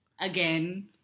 Again